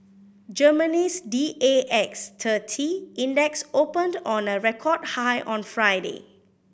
Germany's D A X thirty Index opened on a record high on Friday